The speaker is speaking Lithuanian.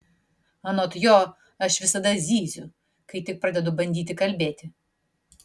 anot jo aš visada zyziu kai tik pradedu bandyti kalbėti